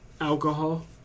alcohol